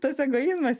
tas egoizmas